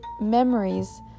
memories